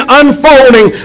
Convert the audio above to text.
unfolding